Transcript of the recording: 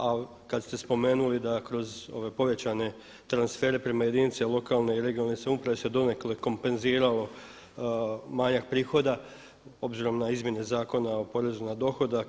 A kad ste spomenuli da kroz ove povećane transfere prema jedinici lokalne i regionalne samouprave se donekle kompenziralo manjak prihoda obzirom na izmjene Zakona o porezu na dohodak.